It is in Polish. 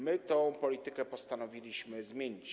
My tę politykę postanowiliśmy zmienić.